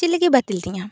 ᱪᱮᱫ ᱞᱟᱹᱜᱤᱫ ᱵᱟᱹᱛᱤᱞ ᱛᱤᱧᱟᱹᱢ